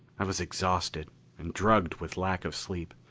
i was exhausted and drugged with lack of sleep.